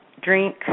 drink